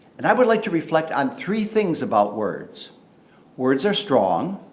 and i would like to reflect on three things about words words are strong.